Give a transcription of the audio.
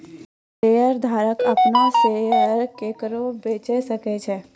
शेयरधारक अपनो शेयर केकरो बेचे सकै छै